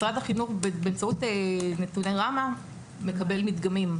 באמצעות נתוני ראמ"ה, משרד החינוך מקבל מדגמים.